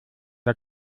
der